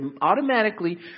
automatically